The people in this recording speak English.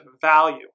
value